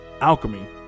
Alchemy